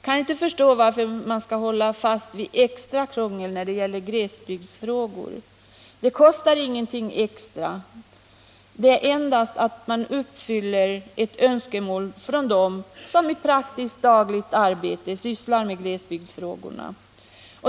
kan inte förstå varför man skall hålla fast vid extra krångel när det gäller glesbygdsfrågor. Att avskaffa det kostar ingenting extra. Det innebär endast att man uppfyller ett önskemål från dem som i praktiskt dagligt arbete sysslar med glesbygdsfrågorna.